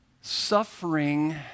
Suffering